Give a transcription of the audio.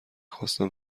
خواستم